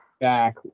back